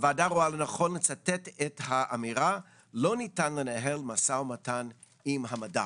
הוועדה רואה לנכון לצטט את האמירה "לא ניתן לנהל משא ומתן עם המדע".